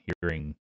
hearing